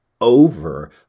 over